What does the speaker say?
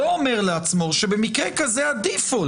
לא אומר לעצמו שבמקרה כזה ה-default